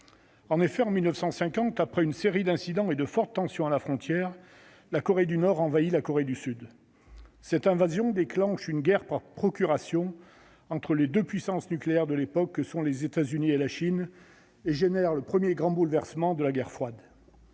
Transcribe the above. En 1950, après une série d'incidents et de fortes tensions à la frontière, la Corée du Nord envahit la Corée du Sud. Cette invasion déclenche une guerre par procuration entre les deux puissances nucléaires de l'époque, les États-Unis et la Chine, et provoque le premier grand bouleversement de la guerre froide.